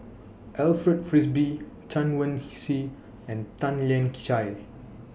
Alfred Frisby Chen Wen Hsi and Tan Lian Chye